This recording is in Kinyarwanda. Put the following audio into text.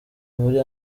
muri